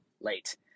late